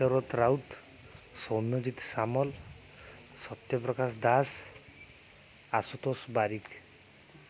Raut Soumyajit Samal Satyaprakash Das Ashutosh Barik